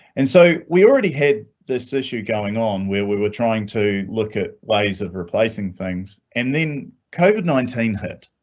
and so we already had this issue going on where we were trying to look at ways of replacing things and then covid nineteen hit.